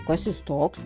kas jis toks